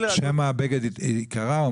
שמא הבגד ייקרע?